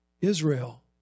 Israel